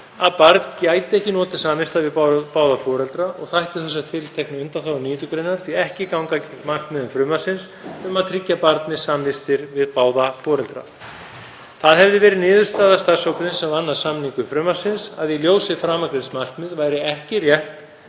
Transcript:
að barn gæti ekki notið samvista við báða foreldra og þættu þessar tilteknu undanþágur 9. gr. því ekki ganga gegn markmiðum frumvarpsins um að tryggja barni samvistir við báða foreldra. Það hefði verið niðurstaða starfshópsins sem vann að samningu frumvarpsins að í ljósi framangreinds markmiðs væri ekki rétt